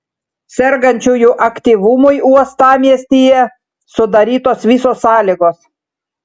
sergančiųjų aktyvumui uostamiestyje sudarytos visos sąlygos